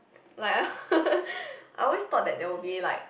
like I I always thought that there will be like